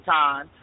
time